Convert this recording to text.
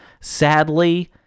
Sadly